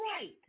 right